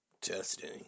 Testing